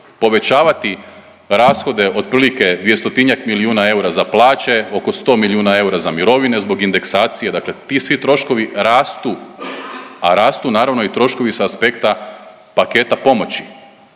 povećavati rashode otprilike 200-tinjak milijuna eura za plaće, oko 100 milijuna eura za mirovine zbog indeksacije. Dakle, ti svi troškovi rastu, a rastu naravno i troškovi sa aspekta paketa pomoći